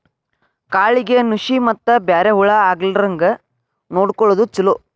ಕಾಳಿಗೆ ನುಶಿ ಮತ್ತ ಬ್ಯಾರೆ ಹುಳಾ ಆಗ್ಲಾರಂಗ ನೊಡಕೊಳುದು ಚುಲೊ